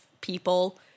people